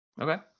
okay